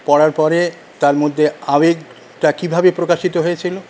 পড়ার পরে তার মধ্যে আবেগটা কী ভাবে প্রকাশিত হয়েছিল